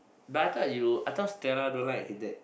but I thought you I thought Stella don't like Hin-Teck